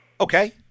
Okay